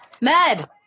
Med